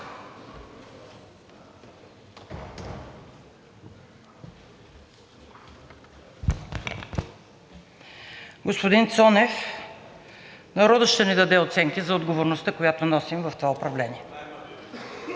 Господин Цонев, народът ще ни даде оценки за отговорността, която носим в това управление,